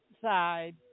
side